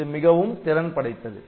இது மிகவும் திறன் படைத்தது